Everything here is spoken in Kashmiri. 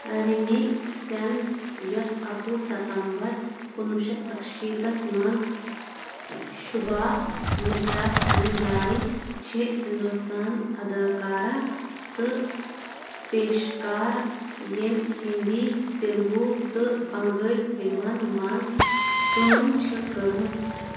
رمی سٮ۪ن یۄس اَکہٕوُہ ستمبر کُنوُہ شیٚتھ اَکشیٖتس منٛز شُبا مترا سٮ۪نہٕ زایہِ چھِ ہندوستان اداکارا تہٕ پیشکار ییٚمۍ ہِندی تیلگوٗ تہٕ بنگٲلۍ فِلمَن منٛز کٲم چھِ کٔرمٕژ